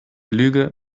lüge